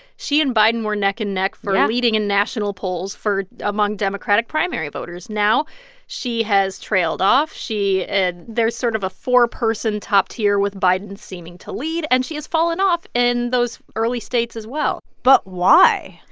she and biden were neck and neck. yeah. for leading in national polls for among democratic primary voters. now she has trailed off. she and there's sort of a four-person top tier with biden seeming to lead, and she has fallen off in those early states as well but why?